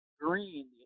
green